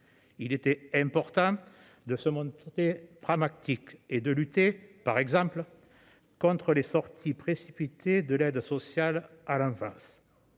Il était important de se montrer pragmatique et de lutter, par exemple, contre les sorties précipitées de l'aide sociale à l'enfance.